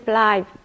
life